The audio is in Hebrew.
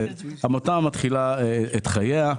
עמותה מתחילה את חייה,